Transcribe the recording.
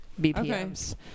BPMs